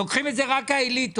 לוקחות את זה רק האליטות